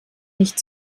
nicht